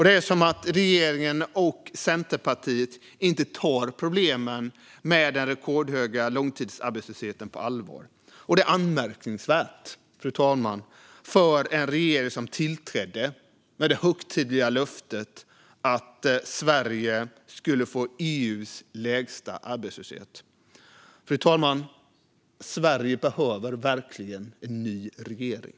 Det är som att regeringen och Centerpartiet inte tar problemet med den rekordhöga långtidsarbetslösheten på allvar, och det är anmärkningsvärt av en regering som tillträdde med det högtidliga löftet att Sverige skulle få EU:s lägsta arbetslöshet. Fru talman! Sverige behöver verkligen en ny regering.